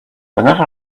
whenever